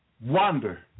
wonder